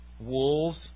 wolves